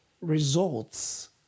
results